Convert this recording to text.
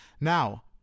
Now